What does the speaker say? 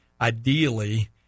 ideally